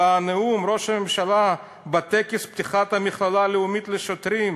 בנאום ראש הממשלה בטקס פתיחת המכללה הלאומית לשוטרים,